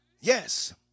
Yes